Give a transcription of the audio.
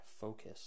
focus